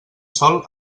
sol